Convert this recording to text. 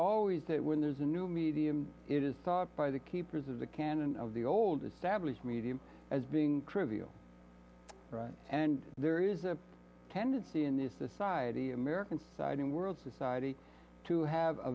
always that when there's a new medium it is thought by the keepers of the canon of the old established medium as being trivial and there is a tendency in this society american society in world society to have a